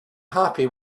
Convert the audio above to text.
happy